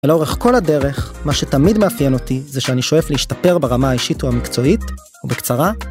ולאורך כל הדרך, מה שתמיד מאפיין אותי זה שאני שואף להשתפר ברמה האישית והמקצועית, ובקצרה...